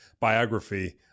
biography